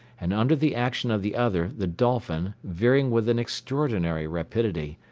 and under the action of the other the dolphin, veering with an extraordinary rapidity,